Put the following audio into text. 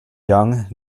young